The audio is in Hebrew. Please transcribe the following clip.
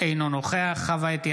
אינו נוכח חוה אתי